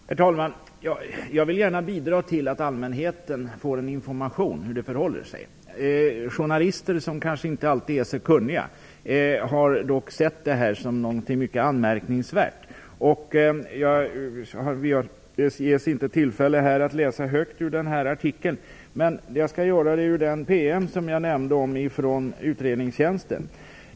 Herr talman! Jag vill gärna bidra till att allmänheten blir informerad om hur det hela förhåller sig. Journalister - som inte alltid är så kunniga - har dock ansett att detta är något anmärkningsvärt. Det ges inte tillfälle att här läsa högt ur artikeln. Men jag skall läsa ur den PM jag nämnde från utredningstjänsten.